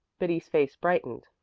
betty's face brightened.